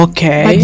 Okay